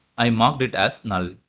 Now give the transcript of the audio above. i marked it as null.